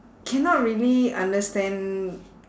cannot really understand